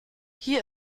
hier